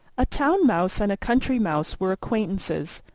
a town mouse and a country mouse were acquaintances,